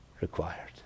required